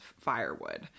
firewood